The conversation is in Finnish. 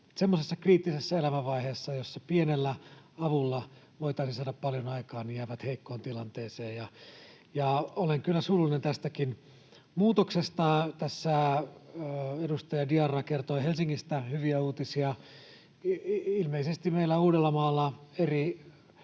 semmoisessa kriittisessä elämänvaiheessa, jossa pienellä avulla voitaisiin saada paljon aikaan. Olen kyllä surullinen tästäkin muutoksesta. Tässä edustaja Diarra kertoi Helsingistä hyviä uutisia. Ilmeisesti meillä Uudellamaalla eri...